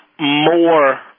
more